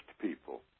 people